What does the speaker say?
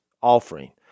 offering